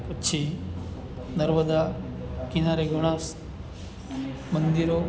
પછી નર્મદા કિનારે ઘણાં મંદિરો